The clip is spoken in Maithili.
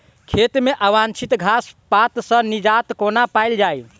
खेत मे अवांछित घास पात सऽ निजात कोना पाइल जाइ?